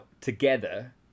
together